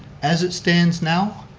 as it stands now,